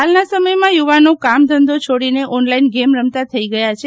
હાલના સમયમાં યુવાનો કામ ધંધો છોડીને ઓનલાઈન ગેમ રમતા થઈ ગયા છે